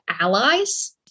allies